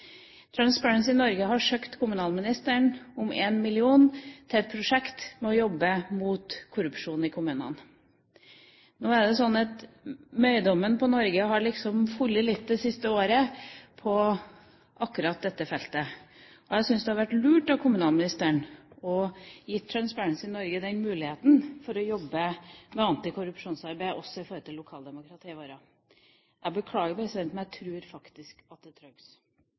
Norge har søkt kommunalministeren om 1 mill. kr til et prosjekt for å jobbe mot korrupsjon i kommunene. Nå er det sånn at Norges «møydom» har falt litt det siste året på akkurat dette feltet. Jeg syns det hadde vært lurt av kommunalministeren å gi Transparency International Norge muligheten til å jobbe med antikorrupsjonsarbeid også i forhold til lokaldemokratiet vårt. Jeg beklager, president, men jeg tror faktisk at det